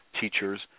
teachers